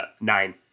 Nine